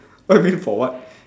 what you mean for what